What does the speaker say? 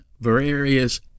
various